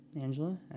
Angela